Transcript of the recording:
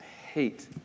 hate